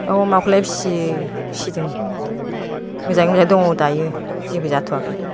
दाउ अमाखौलाय फिसियो फिसिदों मोजाङै मोजां दङ दायो जेबो जाथ'वाखै